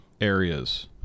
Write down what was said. areas